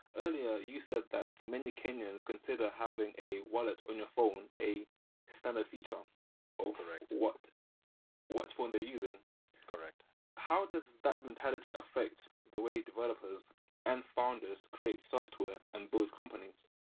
earlier, you said that many kenyans consider having a wallet on your phone, a standard feature of what what phone they're using correct how does that mentality affect the way developers and founders create software and build companies?